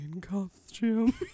costume